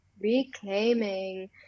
reclaiming